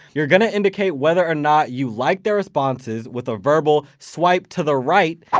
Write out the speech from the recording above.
you're going to indicate whether or not you like their responses with a verbal swipe to the right,